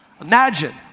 Imagine